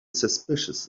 suspicious